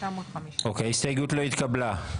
ההסתייגות לא התקבלה.